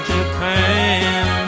Japan